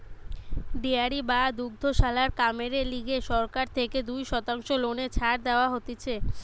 dairy বা দুগ্ধশালার কামেরে লিগে সরকার থেকে দুই শতাংশ লোনে ছাড় দেওয়া হতিছে